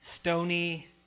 stony